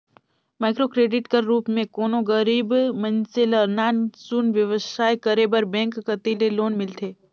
micro credit कर रूप में कोनो गरीब मइनसे ल नान सुन बेवसाय करे बर बेंक कती ले लोन मिलथे